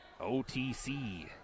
OTC